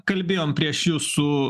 kalbėjom prieš jus su